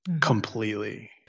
Completely